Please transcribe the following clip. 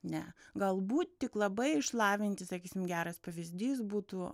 ne galbūt tik labai išlavinti sakysim geras pavyzdys būtų